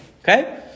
Okay